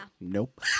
nope